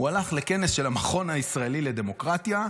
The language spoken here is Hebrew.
הוא הלך לכנס של המכון הישראלי לדמוקרטיה,